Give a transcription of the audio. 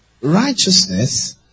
Righteousness